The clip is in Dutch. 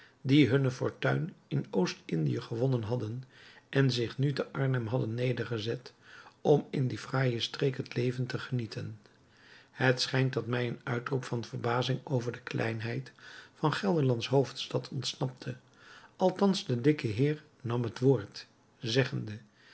die hunne fortuin in oost-indië gewonnen hadden en zich nu te arnhem hadden nedergezet om in die fraaie streek het leven te genieten het schijnt dat mij een uitroep van verbazing over de kleinheid van gelderlands hoofdstad ontsnapte althans de dikke heer nam het woord zeggende